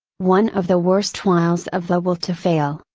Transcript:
one of the worst wiles of the will to fail,